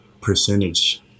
percentage